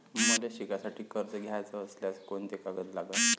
मले शिकासाठी कर्ज घ्याचं असल्यास कोंते कागद लागन?